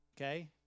okay